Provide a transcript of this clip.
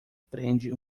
prende